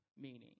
meaning